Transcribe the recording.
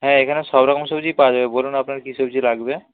হ্যাঁ এখানে সব রকম সবজিই পাওয়া যাবে বলুন আপনার কী সবজি লাগবে